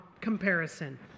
comparison